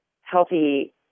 healthy